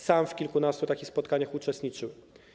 Sam w kilkunastu takich spotkaniach uczestniczyłem.